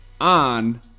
on